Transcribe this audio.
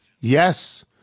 Yes